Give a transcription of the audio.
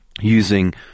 using